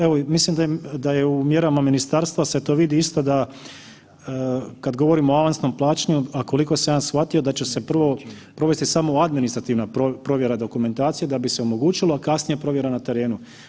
Evo i mislim da je u mjerama ministarstva se to vidi isto da, kad govorimo o avansnom plaćanju, a koliko sam ja shvatio da će se prvo provesti samo administrativna provjera dokumentacije, da bi se omogućilo kasnije provjera na terenu.